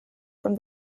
from